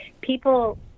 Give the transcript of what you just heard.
people